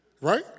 right